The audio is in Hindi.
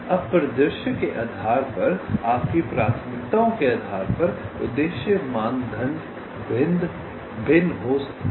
अब परिदृश्य के आधार पर आपकी प्राथमिकताओं के आधार पर उद्देश्य मानदंड भिन्न हो सकते हैं